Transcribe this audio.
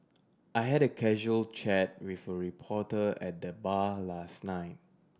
I had a casual chat with a reporter at the bar last night